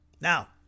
Now